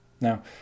Now